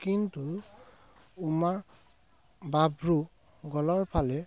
কিন্তু ওমাৰ ব্ৰাভোৰ গ'লৰ ফালে